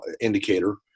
indicator